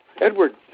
Edward